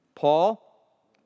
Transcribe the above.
Paul